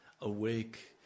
awake